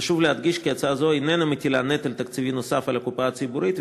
חשוב להדגיש כי הצעה זו איננה מטילה נטל תקציבי נוסף על הקופה הציבורית,